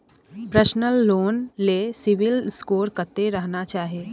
Personal loan ले CIBIL score कत्ते रहना चाही?